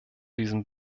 diesem